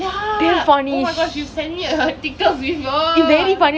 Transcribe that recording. ya oh my gosh you send me her TikTok before